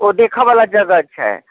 ओ देखऽ बला जगह छै